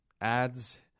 ads